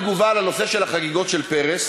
לנושא של החגיגות של פרס